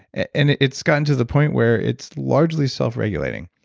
and it's gotten to the point where it's largely self-regulating,